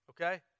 Okay